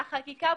יש חקיקה ברורה.